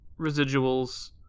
residuals